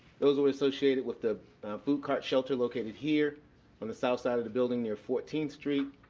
those were associated with the blue cart shelter located here on the south side of the building near fourteenth street,